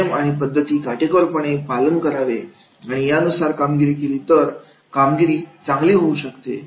नियम आणि पद्धती काटेकोरपणे पालन करावे आणि यानुसार कामगिरी केली तर चांगली कामगिरी होऊ शकते